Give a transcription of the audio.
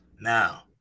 Now